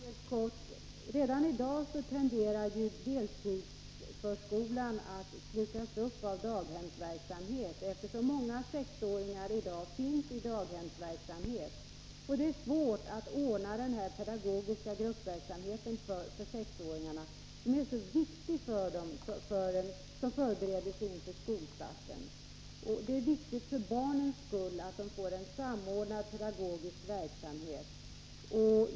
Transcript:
Fru talman! Helt kort: Redan i dag tenderar ju deltidsförskolan att slukas upp av daghemsverksamheten, eftersom många 6-åringar nu finns i daghemsverksamheten. Där är det svårt att ordna den här pedagogiska gruppverk samheten för 6-åringarna, som är så viktig för dem såsom förberedelse inför skolstarten. Det är viktigt för barnens skull att man har en samordnad pedagogisk verksamhet.